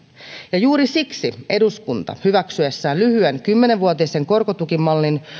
ja juuri siksi eduskunta hyväksyessään lyhyen kymmenen vuotisen korkotukimallin